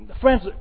friends